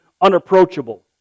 unapproachable